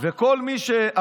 הוא ברח.